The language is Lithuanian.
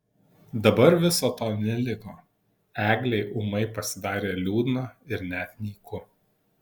dabar viso to neliko eglei ūmai pasidarė liūdna ir net nyku